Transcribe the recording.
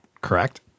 correct